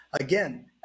again